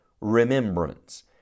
remembrance